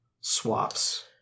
swaps